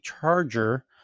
charger